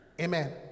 amen